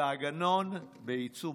והגנון בעיצומו.